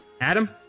Adam